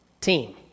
team